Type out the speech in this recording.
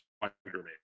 Spider-Man